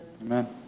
Amen